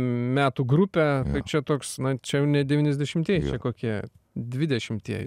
metų grupė čia toks na čia jau ne devyniasdešimtieji čia kokie dvidešimtieji